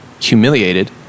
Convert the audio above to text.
humiliated